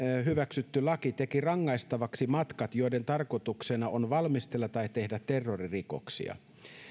hyväksytty laki teki rangaistavaksi matkat joiden tarkoituksena on valmistella tai tehdä terroririkoksia